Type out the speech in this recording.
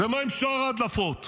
הדובר שלך.